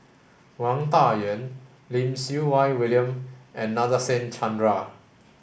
Wang Dayuan Lim Siew Wai William and Nadasen Chandra